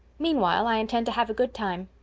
meanwhile, i intend to have a good time.